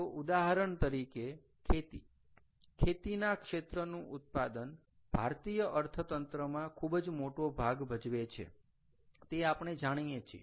તો ઉદાહરણ તરીકે ખેતી ખેતીના ક્ષેત્રનું ઉત્પાદન ભારતીય અર્થતંત્રમાં ખૂબ જ મોટો ભાગ ભજવે છે તે આપણે જાણીએ છીએ